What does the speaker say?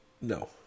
No